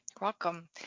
Welcome